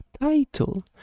title